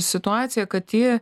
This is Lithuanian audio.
situaciją kad ji